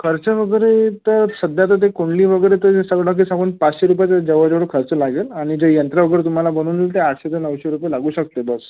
खर्च वगैरे तर सध्या तर ते कुंडली वगैरे ते सगळं कस सांगून पाचशे रुपयाच्या जवळ जवळ खर्च लागेल आणि जे यंत्र वगैरे तुम्हाला बनवून देईल ते आठशे ते नऊशे रुपये लागू शकते बस